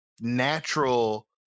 natural